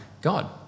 God